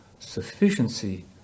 Sufficiency